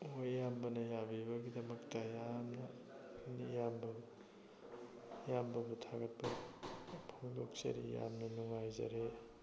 ꯍꯣꯏ ꯏꯌꯥꯝꯕꯅ ꯌꯥꯕꯤꯕꯒꯤꯗꯃꯛꯇ ꯌꯥꯝꯅ ꯏꯌꯥꯝꯕꯕꯨ ꯏꯌꯥꯝꯕꯕꯨ ꯊꯥꯒꯠꯄ ꯐꯣꯡꯗꯣꯛꯆꯔꯤ ꯌꯥꯝꯅ ꯅꯨꯡꯉꯥꯏꯖꯔꯦ